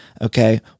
Okay